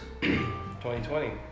2020